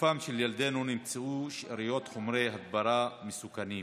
בגופם של ילדינו נמצאו שאריות חומרי הדברה מסוכנים.